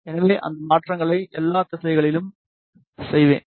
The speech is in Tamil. எனவே அந்த மாற்றங்களை எல்லா திசைகளிலும் செய்வேன்